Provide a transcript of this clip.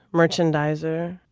merchandiser,